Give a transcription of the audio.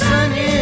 Sunny